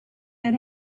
that